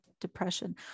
depression